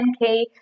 10k